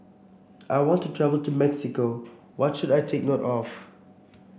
I want to travel to Mexico what should I take note of